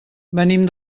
venim